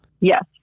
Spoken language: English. Yes